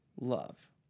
love